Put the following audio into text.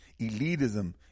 Elitism